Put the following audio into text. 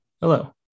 Hello